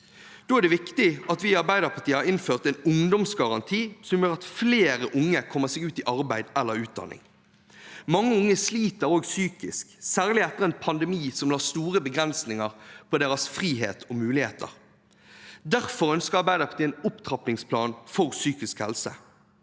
Da er det viktig at vi i Arbeiderpartiet har innført en ungdomsgaranti, som gjør at flere unge kommer seg ut i arbeid eller utdanning. Mange unge sliter også psykisk, særlig etter en pandemi som la store begrensinger på deres frihet og muligheter. Derfor ønsker Arbeiderpartiet en opptrappingsplan for psykisk helse.